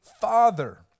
father